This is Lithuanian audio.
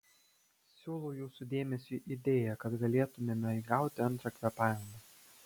siūlau jūsų dėmesiui idėją kad galėtumėme įgauti antrą kvėpavimą